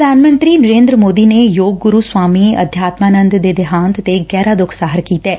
ਪ੍ਰਧਾਨ ਮੰਤਰੀ ਨਰੇਂਦਰ ਮੋਦੀ ਨੇ ਯੋਗ ਗੁਰੁ ਸਵਾਮੀ ਅਧਿਆਤਮਾ ਨੰਦ ਦੇ ਦੇਹਾਂਤ ਤੇ ਗਹਿਰਾ ਦੁੱਖ ਜਾਹਿਰ ਕੀਡੈ